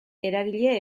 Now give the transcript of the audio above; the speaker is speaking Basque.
eragile